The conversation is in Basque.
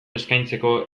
eskaintzeko